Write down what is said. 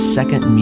Second